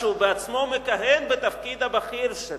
שהוא בעצמו מכהן בתפקיד בכיר בה,